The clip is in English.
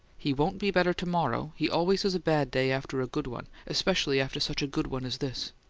he won't be better to-morrow. he always has a bad day after a good one especially after such a good one as this